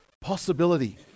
possibility